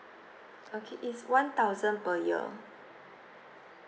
okay it's one thousand per year